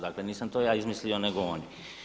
Dakle, nisam to ja izmislio nego oni.